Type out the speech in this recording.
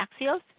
Axios